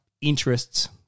interests